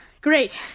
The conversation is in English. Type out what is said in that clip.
great